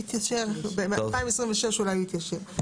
ב-2026 אולי הוא יתיישר.